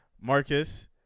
Marcus